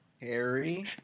Harry